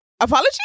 Apology